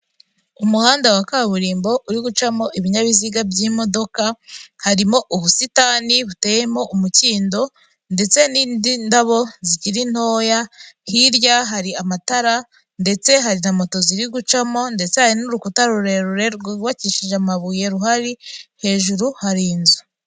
Umuhanda wa kaburimbo uri gucamo ibinyabiziga by'imodoka, harimo ubusitani buteyemo umukindo, ndetse n'indabo zikiri ntoya. Hirya hari amatara ndetse hari na moto ziri gucamo, ndetse hari n'urukuta rurerure rwubakishije amabuye ruhari, hejuru hari inzu.